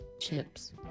chips